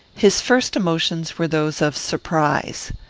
his first emotions were those of surprise.